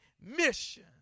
mission